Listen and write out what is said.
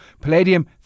Palladium